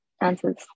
answers